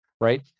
right